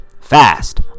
fast